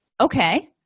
Okay